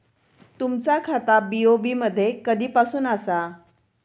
तुमचा खाता बी.ओ.बी मध्ये कधीपासून आसा?